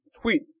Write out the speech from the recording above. tweet